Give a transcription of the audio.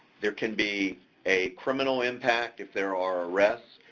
there can be a criminal impact if there are arrests,